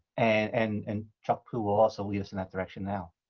and and chuck pu will also lead us in that direction now.